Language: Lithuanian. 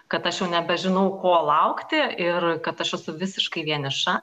kad aš jau nebežinau ko laukti ir kad aš esu visiškai vieniša